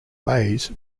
mays